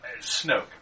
Snoke